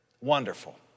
Wonderful